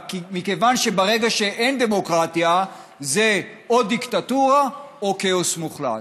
מכיוון שברגע שאין דמוקרטיה זה או דיקטטורה או כאוס מוחלט.